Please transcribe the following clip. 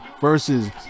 versus